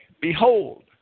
Behold